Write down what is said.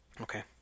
Okay